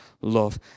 love